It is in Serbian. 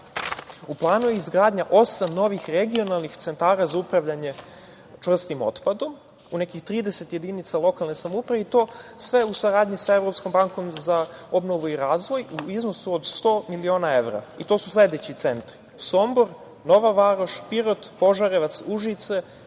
planu je izgradnja osam novih regionalnih centara za upravljanje čvrstim otpadom u nekih 30 jedinica lokalne samouprave i to sve u saradnji sa Evropskom bankom za obnovu i razvoj u iznosu od 100 miliona evra. To su sledeći centri: Sombor, Nova Varoš, Pirot, Požarevac, Užice,